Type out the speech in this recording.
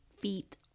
feet